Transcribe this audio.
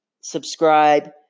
subscribe